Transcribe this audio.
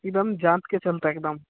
एकदम जाम के चलता एकदम